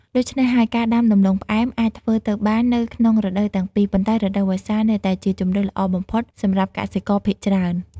ដូច្នេះហើយ ការដាំដំឡូងផ្អែមអាចធ្វើទៅបាននៅក្នុងរដូវទាំងពីរ ប៉ុន្តែរដូវវស្សានៅតែជាជម្រើសល្អបំផុតសម្រាប់កសិករភាគច្រើន។